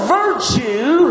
virtue